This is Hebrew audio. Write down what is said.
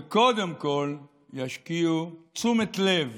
וקודם כול ישקיעו תשומת לב